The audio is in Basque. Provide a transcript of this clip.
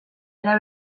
era